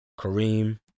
Kareem